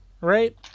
right